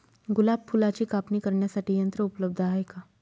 गुलाब फुलाची कापणी करण्यासाठी यंत्र उपलब्ध आहे का?